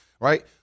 right